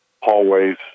Hallways